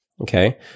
okay